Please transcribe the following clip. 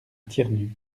thiernu